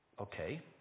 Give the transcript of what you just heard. Okay